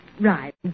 Right